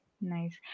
Nice